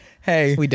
Hey